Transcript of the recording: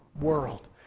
world